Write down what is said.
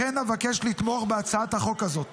לכן אבקש לתמוך בהצעת החוק הזאת.